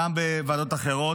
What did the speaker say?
גם בוועדות אחרות,